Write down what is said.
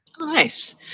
Nice